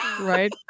Right